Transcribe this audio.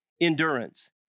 endurance